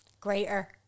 Greater